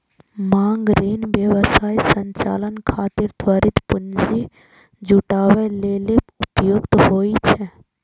मांग ऋण व्यवसाय संचालन खातिर त्वरित पूंजी जुटाबै लेल उपयुक्त होइ छै